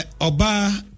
Oba